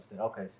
okay